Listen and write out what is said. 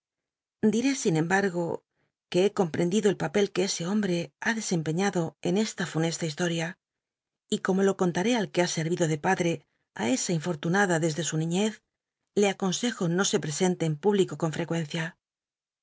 dité sin embargo que he comprendido el papel que ese hom bte ha desempeñado én esta funesta histol'ia y como lo contaré al que ha servido de padre á esa infortunada desde su niñez le aconsejo no se presente en público con frecuencia